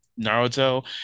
Naruto